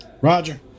Roger